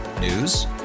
News